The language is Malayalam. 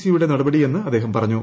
സിയുടെ നടപടിയെന്ന് അദ്ദേഹം പറഞ്ഞു